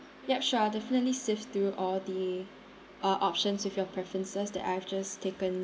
yup sure I'll definitely sift through all the uh options with your preferences that I've just taken